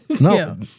no